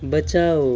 बचाओ